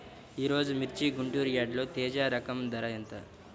ఈరోజు మిర్చి గుంటూరు యార్డులో తేజ రకం ధర ఎంత?